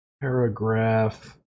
paragraph